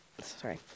Sorry